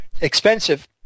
expensive